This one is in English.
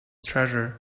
treasure